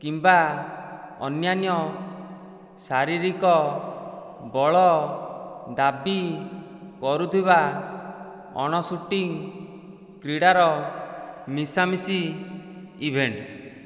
କିମ୍ବା ଅନ୍ୟାନ୍ୟ ଶାରୀରିକ ବଳ ଦାବି କରୁଥିବା ଅଣ ସୁଟିଂ କ୍ରୀଡ଼ାର ମିଶାମିଶି ଇଭେଣ୍ଟ